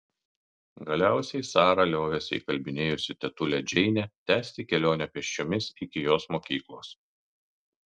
galiausiai sara liovėsi įkalbinėjusi tetulę džeinę tęsti kelionę pėsčiomis iki jos mokyklos